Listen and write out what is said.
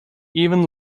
even